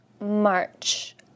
March